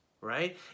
right